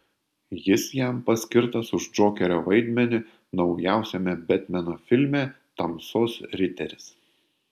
jis jam paskirtas už džokerio vaidmenį naujausiame betmeno filme tamsos riteris